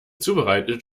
zubereitet